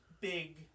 big